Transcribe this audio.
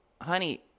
Honey